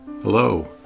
Hello